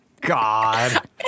God